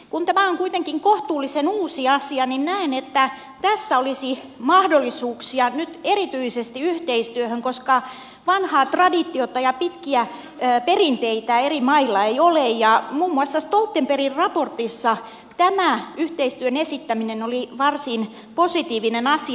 kun tämä on kuitenkin kohtuullisen uusi asia niin näen että tässä olisi nyt erityisesti mahdollisuuksia yhteistyöhön koska vanhaa traditiota ja pitkiä perinteitä eri mailla ei ole ja muun muassa stoltenbergin raportissa tämä yhteistyön esittäminen oli varsin positiivinen asia